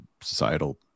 societal